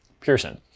Pearson